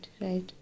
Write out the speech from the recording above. right